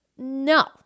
No